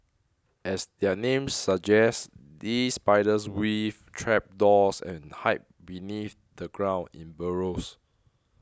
as their name suggests these spiders weave trapdoors and hide beneath the ground in burrows